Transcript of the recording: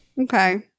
Okay